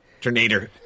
Tornado